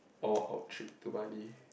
or our trip to Bali